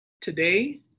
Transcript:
Today